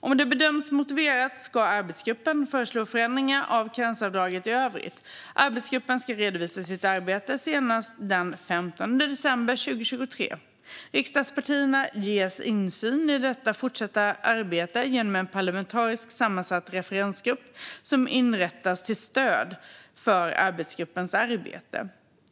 Om det bedöms motiverat ska arbetsgruppen föreslå förändringar av karensavdraget i övrigt. Arbetsgruppen ska redovisa sitt arbete senast den 15 december 2023. Riksdagspartierna ges insyn i det fortsatta arbetet genom en parlamentariskt sammansatt referensgrupp som inrättas till stöd för arbetsgruppens arbete.